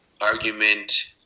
argument